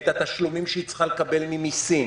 את התשלומים שהיא צריכה לקבל ממסים,